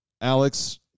Alex